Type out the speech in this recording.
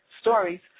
stories